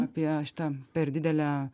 apie šitą per didelę